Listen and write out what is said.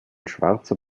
schwarzer